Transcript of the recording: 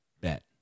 bet